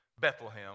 Bethlehem